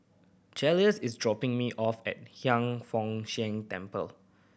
Joseluis is dropping me off at Hiang Foo Siang Temple